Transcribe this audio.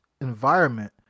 environment